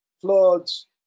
floods